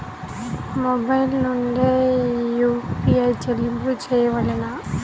Mobile నుండే UPI చెల్లింపులు చేయవలెనా?